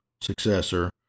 successor